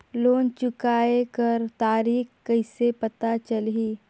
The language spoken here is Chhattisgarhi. लोन चुकाय कर तारीक कइसे पता चलही?